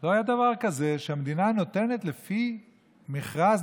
לא היה דבר כזה שהמדינה נותנת לפי מכרז,